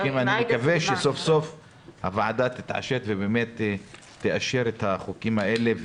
אני מקווה שסוף סוף הוועדה תתעשת ובאמת תאשר את החוקים האלה.